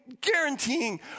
guaranteeing